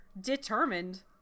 determined